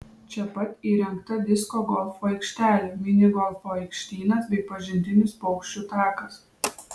čia pat įrengta disko golfo aikštelė mini golfo aikštynas bei pažintinis paukščių takas